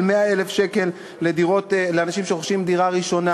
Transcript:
100,000 שקל לאנשים שרוכשים דירה ראשונה.